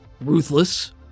ruthless